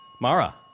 Mara